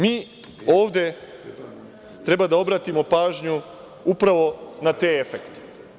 Mi ovde treba da obratimo pažnju upravo na te efekte.